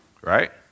right